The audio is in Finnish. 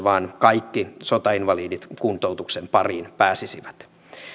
vaan kaikki sotainvalidit kuntoutuksen pariin pääsisivät